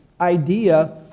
idea